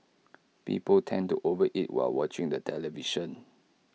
people tend to over eat while watching the television